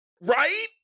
Right